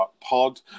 pod